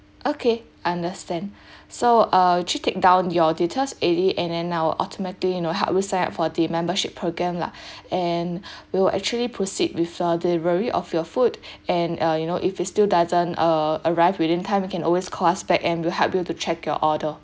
okay understand so I'll actually take down your details and then I will automatically you know help you sign up for the membership program lah and we will actually proceed with uh delivery of your food and uh you know if it still doesn't uh arrive within time you can always call us back and we'll help you to check your order